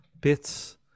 bits